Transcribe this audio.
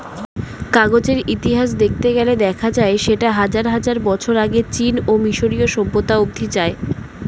কাগজের ইতিহাস দেখতে গেলে দেখা যায় সেটা হাজার হাজার বছর আগে চীন এবং মিশরীয় সভ্যতা অবধি যায়